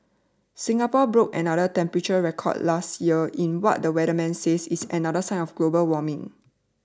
Singapore broke another temperature record last year in what the weatherman says is another sign of global warming